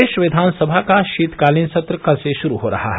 प्रदेश विधानसभा का शीतकालीन सत्र कल से शुरू हो रहा है